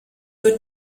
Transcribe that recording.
für